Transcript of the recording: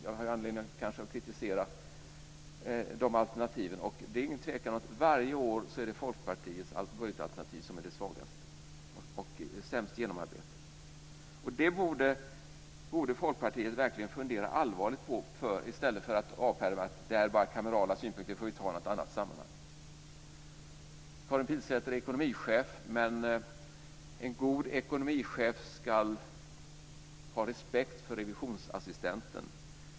Jag har kanske anledning att kritisera de alternativen, och det är ingen tvekan om att varje år är det Folkpartiets budgetalternativ som är det svagaste och det sämst genomarbetade. Det borde Folkpartiet verkligen fundera allvarligt på, i stället för att avfärda detta och säga att det bara är kamerala synpunkter som vi får ta i något annat sammanhang. Karin Pilsäter är ekonomichef. En god ekonomichef ska ha respekt för revisionsassistenten.